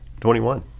21